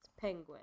Penguin